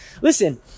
Listen